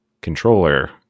controller